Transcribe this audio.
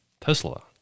Tesla